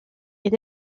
est